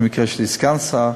ובמקרה שלי זה סגן שר,